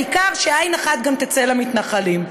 העיקר שעין אחת גם תצא למתנחלים.